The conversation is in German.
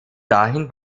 dahin